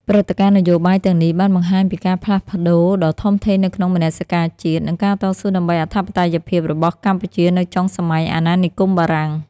ព្រឹត្តិការណ៍នយោបាយទាំងនេះបានបង្ហាញពីការផ្លាស់ប្តូរដ៏ធំធេងនៅក្នុងមនសិការជាតិ និងការតស៊ូដើម្បីអធិបតេយ្យភាពរបស់កម្ពុជានៅចុងសម័យអាណានិគមបារាំង។